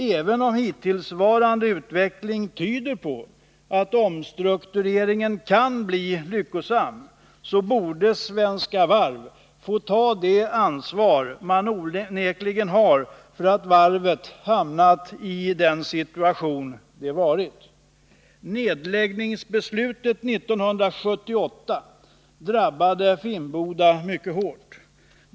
Även om hittillsvarande utveckling tyder på att Nr 165 omstruktureringen kan bli lyckosam, så borde Svenska Varv få ta det ansvar man onekligen har för att varvet hamnat i den situation där det befinner sig. Nedläggningsbeslutet 1978 drabbade Finnboda mycket hårt.